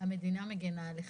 המדינה מגינה עליכם,